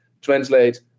translate